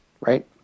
right